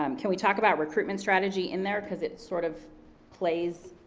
um can we talk about recruitment strategy in there, because it sort of plays